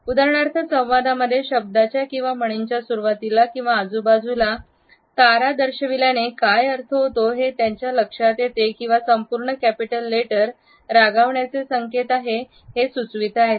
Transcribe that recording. उदाहरणार्थ संवादामध्ये शब्दाच्या किंवा म्हणींच्या सुरुवातीला किंवा आजूबाजूला तारा दर्शविल्याने काय अर्थ होतो हे त्यांच्या लक्षात येते किंवा संपूर्ण कॅपिटल लेटर रागवण्याचे संकेत आहे हे सुचविते